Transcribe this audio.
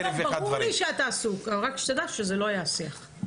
ברור לי שאתה עסוק, אבל רק שתדע שזה לא היה השיח.